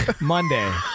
Monday